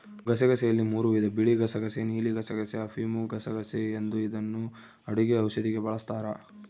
ಗಸಗಸೆಯಲ್ಲಿ ಮೂರೂ ವಿಧ ಬಿಳಿಗಸಗಸೆ ನೀಲಿಗಸಗಸೆ, ಅಫಿಮುಗಸಗಸೆ ಎಂದು ಇದನ್ನು ಅಡುಗೆ ಔಷಧಿಗೆ ಬಳಸ್ತಾರ